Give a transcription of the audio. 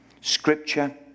scripture